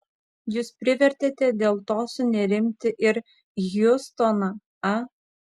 jūs privertėte dėl to sunerimti ir hjustoną a